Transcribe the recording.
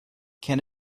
can